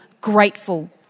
grateful